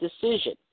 decision